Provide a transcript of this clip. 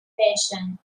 patient